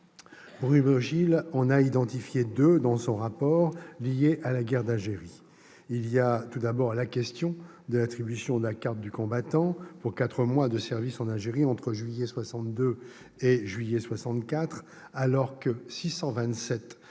Bruno Gilles en a identifié deux dans son rapport, liées à la guerre d'Algérie. Il y a, tout d'abord, la question de l'attribution de la carte du combattant pour quatre mois de service en Algérie entre juillet 1962 et juillet 1964. Alors que 627